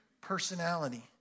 personality